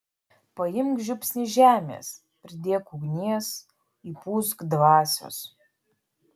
paimk žiupsnį žemės pridėk ugnies įpūsk dvasios